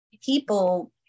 people